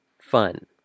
fun